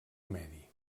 medi